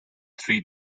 three